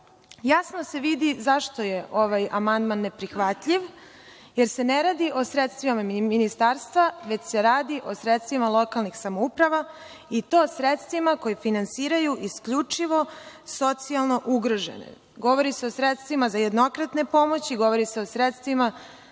Jasno se vidi zašto je ovaj amandman neprihvatljiv jer se ne radi o sredstvima ministarstva, već se radi o sredstvima lokalnih samouprava i to sredstvima koja finansiraju isključivo socijalno ugrožene. Govori se o sredstvima za jednokratne pomoći. Govori se sredstvima